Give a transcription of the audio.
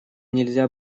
нельзя